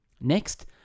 Next